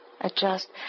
adjust